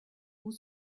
vous